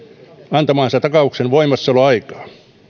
antamansa takauksen voimassaoloaikaa